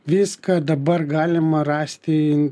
viską dabar galima rasti